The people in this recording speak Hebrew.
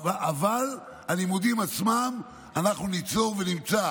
אבל הלימודים עצמם, אנחנו ניצור ונמצא